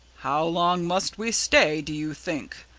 how long must we stay, do you think?